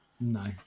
No